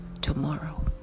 tomorrow